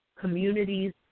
communities